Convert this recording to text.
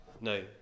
No